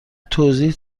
توضیح